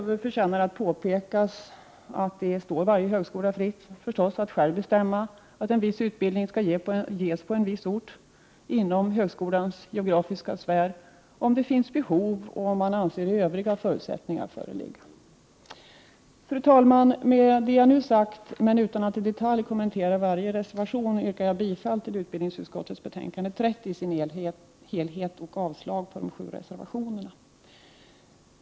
Det förtjänar härutöver att påpekas att det står varje högskola fritt att själv bestämma att en viss utbildning skall ges på en viss ort inom högskolans geografiska sfär, om det finns behov och om man anser övriga förutsättningar föreligga. Fru talman! Med det jag nu sagt, men utan att i detalj kommentera varje reservation, yrkar jag bifall till utbildningsutskottets betänkande 30 i dess helhet och avslag på de sju reservationerna.